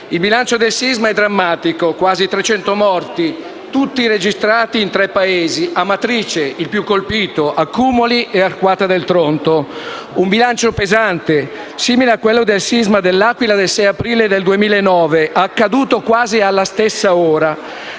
Il bilancio del sisma è drammatico ed è di quasi 300 morti, tutti registrati in tre paesi: Amatrice (il più colpito), Accumoli e Arquata del Tronto. È un bilancio pesante, simile a quello del sisma dell'Aquila del 6 aprile del 2009, accaduto quasi alla stessa ora,